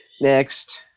Next